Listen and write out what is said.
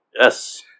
Yes